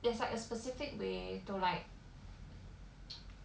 there's like a specific way to like